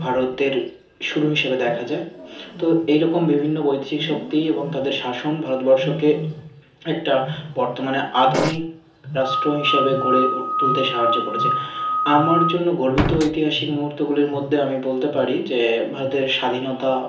ভারতের শুরু হিসেবে দেখা যায় তো এই রকম বিভিন্ন বৈদেশিক শক্তি এবং তাদের শাসন ভারতবর্ষকে একটা বর্তমানে আধুনিক রাষ্ট্র হিসাবে গড়ে তুলতে সাহায্য করেছে আমার জন্য গর্বিত ইতিহাসিক মুহুর্তগুলির মদ্যে আমি বলতে পারি যে ভারতের স্বাধীনতা